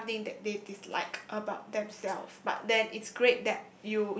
something that they dislike about themselves but it's great that